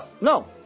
No